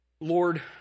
Lord